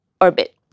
orbit